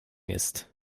ist